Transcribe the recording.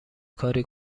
کاری